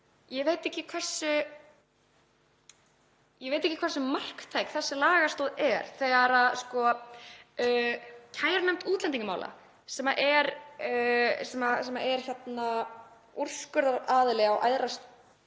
veit ég ekki hversu marktæk þessi lagastoð er þegar kærunefnd útlendingamála, sem er úrskurðaraðili á æðra